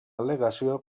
al·legació